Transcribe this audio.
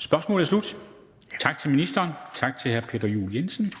Kl. 13:51 Formanden (Henrik Dam Kristensen):